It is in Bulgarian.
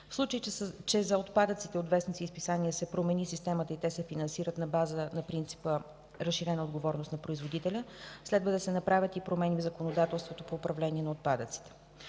В случай че за отпадъците от вестници и списания се промени системата и те се финансират на база на принципа „разширена отговорност за производителя”, следва да се направят и промени в законодателството по управление на отпадъците.